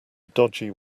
dodgy